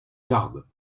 garde